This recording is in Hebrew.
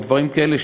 או דברים כאלה,